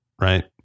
right